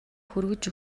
хүргэж